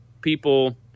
people